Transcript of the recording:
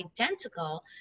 identical